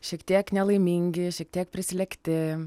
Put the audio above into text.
šiek tiek nelaimingi šiek tiek prislėgti